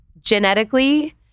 genetically